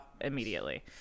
immediately